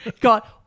God